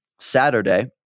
Saturday